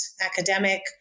academic